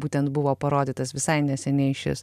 būtent buvo parodytas visai neseniai šis